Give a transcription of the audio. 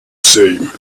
same